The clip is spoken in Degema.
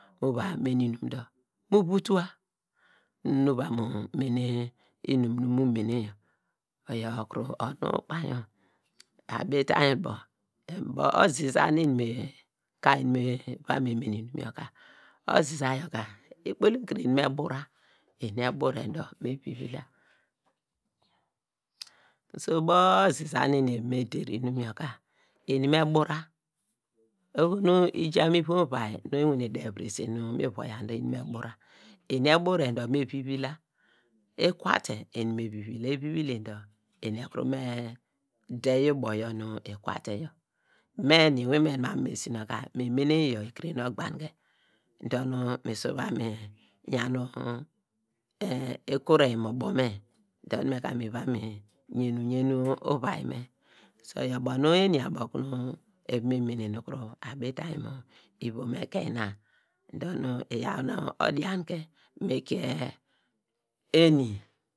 Mu va mene inum dor mu vuta nu num. Uva mu mene inum nu mu mene yor, oyor kuru onu ukpainy yor abitainy bubo, ojiza nu eni, me ka eni me eva me mene inum yor ka, ojiza yor ka ikpol ekire eni me bura, eni ebur`e dor eni me vivil la su ubo ojiza na nu eni eva me der inum yor ka eni me bur`a, oho nu ija mu ivom uvia nu ewane de virese mi vowo ya dor eni me bura eni ebur` dor me vivil la ikwate nu eni me vivil la, evivile dor eru ekuru me deyi buyor nu ikwate yor ka, me nu inwin me nu abo mu esina ka mi mene iyor ekire nu ogbangne nu mi su va mi yan nu ikureny mu ubo me dor me ka mi va yen uyen uvia me oyor ubo nu eni abo okunu eva me mene nu kuru abitainy mu ivam ekeina dor nu iyaw nu odianke mi kie eni